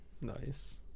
Nice